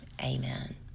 amen